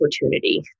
opportunity